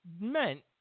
meant